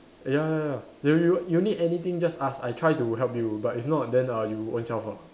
ya ya ya you you you need anything just ask I try to help you but if not then uh you own self ah